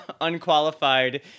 unqualified